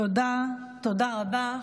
תודה רבה.